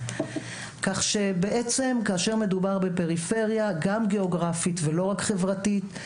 כך שבעצם כאשר מדובר בפריפריה גם גיאוגרפית ולא רק חברתית,